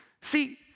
See